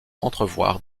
entrevoir